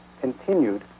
continued